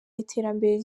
iterambere